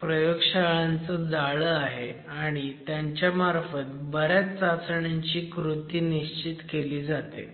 प्रयोगशाळांचं जाळं आहे आणि त्यांच्यामार्फत बऱ्याच चाचण्यांची कृती निश्चित केली जाते